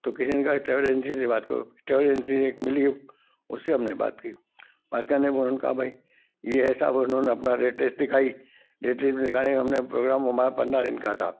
तो किसी ने कहा ट्रवल एंजेसी से बात करो ट्रेवल एजेंसी एक मिली है उससे हमने बात की बात करने के बाद उन्होंने कहा भाई यह ऐसा उन्होंने अपना रेट लिस्ट दिखाई रेट लिस्ट में दिखाने का हमने प्रोग्राम पंद्रह दिन का था